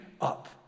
up